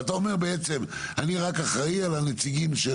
ואתה אומר בעצם אני רק אחראי על הנציגים.